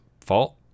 fault